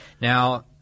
Now